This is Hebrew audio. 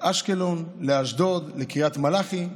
לאשקלון, לאשדוד, לקריית מלאכי.